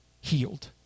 Healed